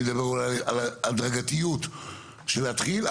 אני מדבר אולי על ההדרגתיות של להתחיל,